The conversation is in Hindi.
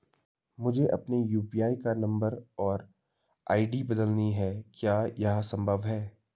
मुझे अपने यु.पी.आई का नम्बर और आई.डी बदलनी है क्या यह संभव है?